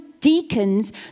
deacons